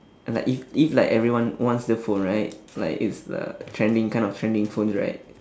uh like if if like everyone wants the phone right like it's the trending kind of trending phones right